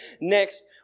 next